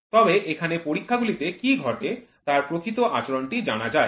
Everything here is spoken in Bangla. তবে এখানে পরীক্ষাগুলিতে কী ঘটে তার প্রকৃত আচরণটি জানা যায়